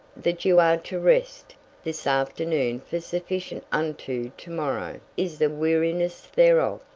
that you are to rest this afternoon for sufficient unto to-morrow is the weariness thereof.